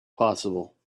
possible